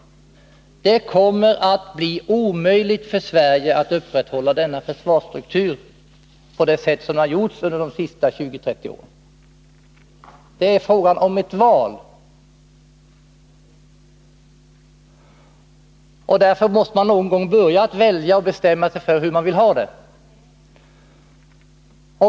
Det kommer att bli omöjligt för Sverige att upprätthålla denna försvarsstruktur på det sätt som har gjorts under de senaste 20-30 åren. Det är fråga om ett val, och därför måste man någon gång börja att välja och bestämma sig för hur man vill ha det.